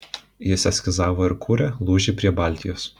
jis eskizavo ir kūrė lūžį prie baltijos